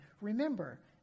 Remember